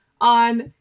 on